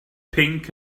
pinc